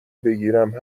بگیرم